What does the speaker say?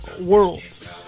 worlds